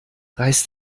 reiß